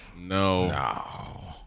No